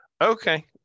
Okay